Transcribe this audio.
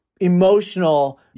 emotional